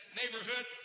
neighborhood